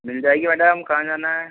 मिल जाएगी मैडम कहाँ जाना है